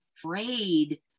afraid